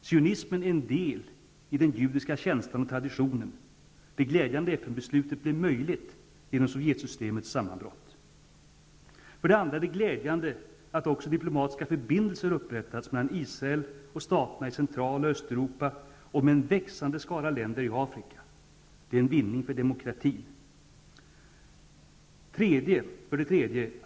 Sionismen är en del i den judiska känslan och traditionen. Det glädjande FN-beslutet blev möjligt genom Det är också glädjande att diplomatiska förbindelser upprättats mellan Israel och staterna i Central och Östeuropa och med en växande skara länder i Afrika. Det är en vinning för demokratin.